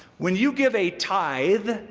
when you give a tithe,